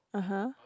(uh huh)